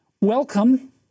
welcome